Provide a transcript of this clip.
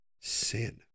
sin